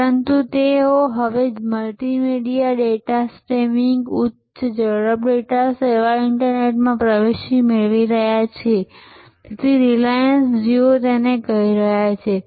પરંતુ તેઓ હવે મલ્ટીમીડિયા ડેટા સ્ટ્રીમિંગ ઉચ્ચ ઝડપ ડેટા સેવા ઈન્ટરનેટ સેવામાં પ્રવેશ મેળવી રહ્યા છે તેઓ તેને રિલાયન્સ જિયો કહી રહ્યા છે